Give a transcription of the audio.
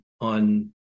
on